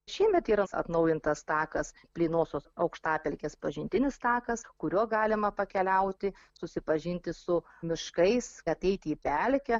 šiemet yra atnaujintas takas plynosios aukštapelkės pažintinis takas kuriuo galima pakeliauti susipažinti su miškais ateiti į pelkę